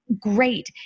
great